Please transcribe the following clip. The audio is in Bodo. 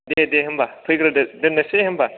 दे दे होनबा फैग्रोदो दोननोसै होनबा